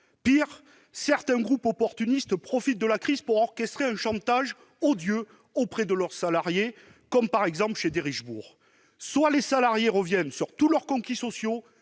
Pis, certains groupes opportunistes profitent de la crise pour orchestrer un chantage odieux auprès de leurs salariés, comme chez Derichebourg : soit les salariés reviennent sur tous leurs conquis sociaux,